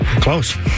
close